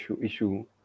issue